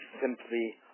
simply